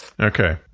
Okay